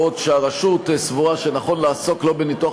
בעוד שהרשות סבורה שנכון לעסוק לא בניתוח